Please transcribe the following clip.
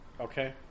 Okay